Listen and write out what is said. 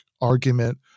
argument